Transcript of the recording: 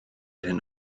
hyn